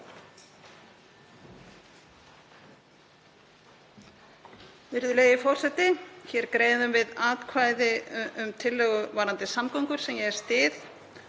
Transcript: Virðulegi forseti. Hér greiðum við atkvæði um tillögu varðandi samgöngur sem ég styð.